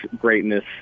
greatness